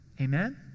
Amen